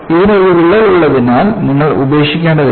ഇതിന് ഒരു വിള്ളൽ ഉള്ളതിനാൽ നിങ്ങൾ ഉപേക്ഷിക്കേണ്ടതില്ല